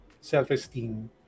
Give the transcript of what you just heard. self-esteem